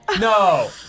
No